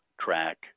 track